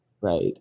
right